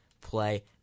play